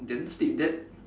then sleep that